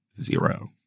zero